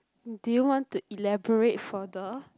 do you want to elaborate further